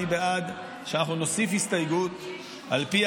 שאני בעד שאנחנו נוסיף הסתייגות שעל פיה